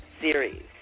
series